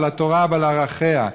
על התורה ועל ערכיה.